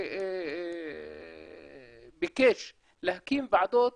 הוא ביקש להקים ועדות,